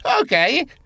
Okay